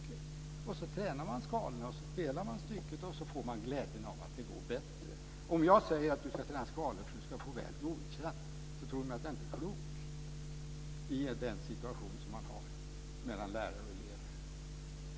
Sedan eleven har tränat skalorna och spelat stycket kommer glädjen över att det går bättre. Men om man säger att eleverna ska träna skalor för att få betyget Väl godkänd, tycker de att jag inte är riktigt klok. Detta är den situation som råder mellan lärare och elever.